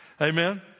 Amen